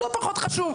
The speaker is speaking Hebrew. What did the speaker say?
לא פחות חשוב.